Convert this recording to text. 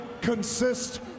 consist